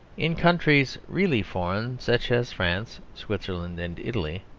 in countries really foreign, such as france, switzerland, and italy,